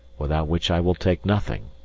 without which i will take nothing.